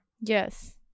Yes